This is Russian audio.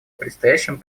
предстоящем